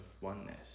oneness